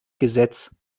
gesetz